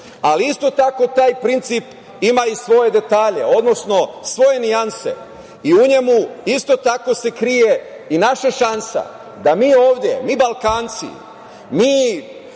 nIsto tako, taj princip ima i svoje detalje, odnosno svoje nijanse. I u njemu se isto tako krije i naša šansa da mi ovde, mi Balkanci, mi